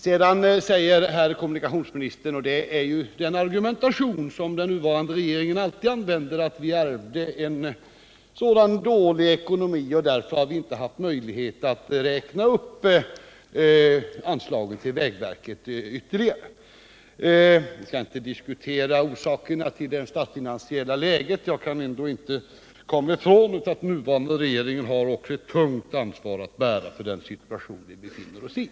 Sedan talade kommunikationsministern, som den nuvarande regeringens ledamöter alltid gör, om att man ärvt en dålig ekonomi, varför man inte kunnat räkna upp anslagen till vägverket ytterligare. Vi skall inte diskutera orsakerna till det statsfinansiella läget, men man kan inte komma ifrån att den nuvarande regeringen har ett tungt ansvar att bära för den situation vi befinner oss i.